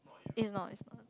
is not is not